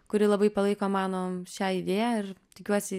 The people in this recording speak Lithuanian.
kuri labai palaiko mano šią idėją ir tikiuosi